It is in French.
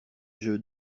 jeu